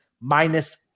minus